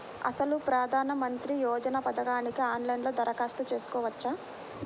అసలు ప్రధాన మంత్రి యోజన పథకానికి ఆన్లైన్లో దరఖాస్తు చేసుకోవచ్చా?